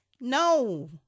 No